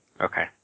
okay